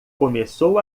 começou